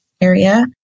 area